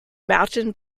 mountain